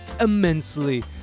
immensely